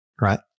right